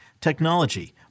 technology